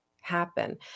happen